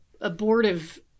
abortive